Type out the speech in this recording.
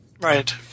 Right